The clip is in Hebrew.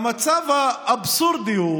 המצב האבסורדי הוא